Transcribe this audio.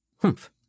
Humph